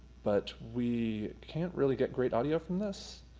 but we can't really get great audio from this.